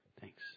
thanks